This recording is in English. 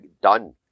done